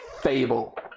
fable